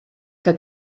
que